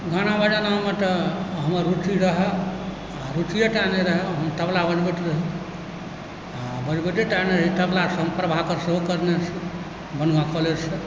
गाना बजानामे तऽ हमर रुची रहऽ रुचिए टा नहि रहऽ हम तबला बजबैत रही आ बजबैतेटा नहि रही तबलासँ हम प्रभाकर सेहो करने छी बनगाँव कॉलेजसँ